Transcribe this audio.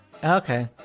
Okay